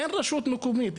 אין רשות מקומית,